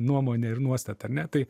nuomonė ir nuostata ar ne tai